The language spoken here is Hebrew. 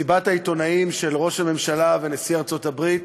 מסיבת העיתונאים של ראש הממשלה ונשיא ארצות-הברית